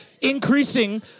increasing